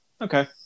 Okay